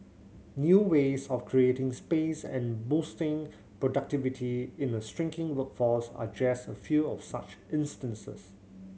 new ways of creating space and boosting productivity in a shrinking workforce are just a few of such instances